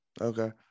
okay